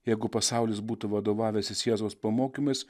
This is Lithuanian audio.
jeigu pasaulis būtų vadovavęsis jėzaus pamokymais